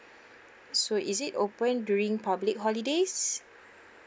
so is it open during public holidays